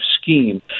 scheme